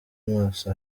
amaso